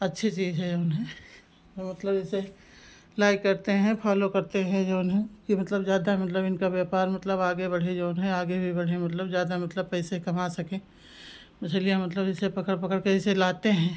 अच्छी चीज़ है जऊन है और मतलब जैसे लाइक करते हैं फालो करते हैं जऊन है कि मतलब ज़्यादा मतलब इनका व्यापार मतलब आगे बढ़े जऊन है आगे भी बढ़े मतलब ज़्यादा मतलब पैसे कमा सकें मछलियाँ मतलब जैसे पकड़ पकड़कर जैसे लाते हैं